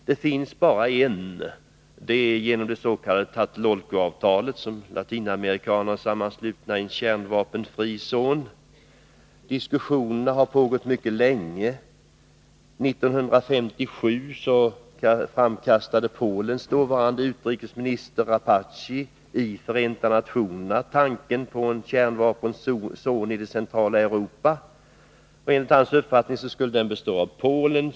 Det finns bara en, som kommit till stånd genom det s.k. Tlatelolco-avtalet, där länder utanför Latinamerika men med territorier där, sammanslutit sig och förpliktat sig att ha en kärnvapenfri zon. Diskussionernai dessa sammanhang har pågått mycket länge. 1957 framkastade Polens dåvarande utrikesminister Rapacki i Förenta nationerna tanken på en kärnvapenfri zon. Enligt hans uppfattning skulle den bestå av Polen.